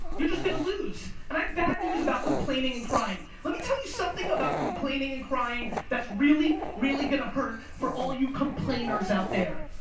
you're just gonna lose. and i have bad news about complaining and crying. let me tell you something about complaining and crying that's really, really gonna hurt for all you complainers out there.